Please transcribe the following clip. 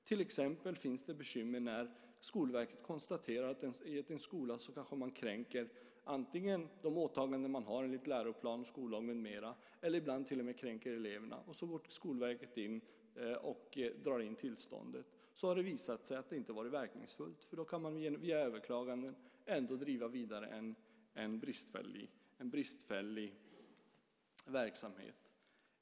Till exempel finns det bekymmer i fall där Skolverket konstaterar att en skola kanske kränker de åtaganden man har enligt läroplan med mera eller ibland till och med kränker eleverna och Skolverket drar in tillståndet. Så har det visat sig att det inte har varit verkningsfullt, utan man kan genom överklaganden ändå driva vidare en bristfällig verksamhet.